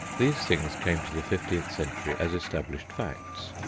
these things came to the fifteenth century as established facts.